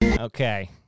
Okay